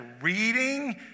reading